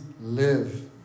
live